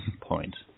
point